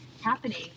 happening